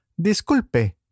Disculpe